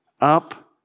Up